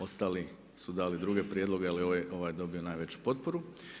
Ostali su dali druge prijedloge, ali ovaj je dobio najveću potporu.